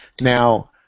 Now